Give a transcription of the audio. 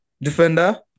defender